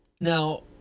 Now